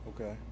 Okay